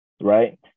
right